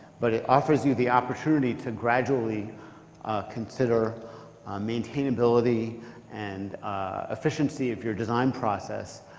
but it offers you the opportunity to gradually consider maintainability and efficiency of your design process,